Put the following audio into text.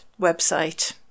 website